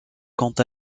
quant